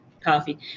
coffee